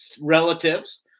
relatives